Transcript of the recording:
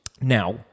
Now